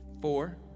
four